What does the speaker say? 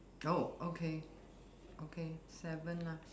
oh okay okay seven lah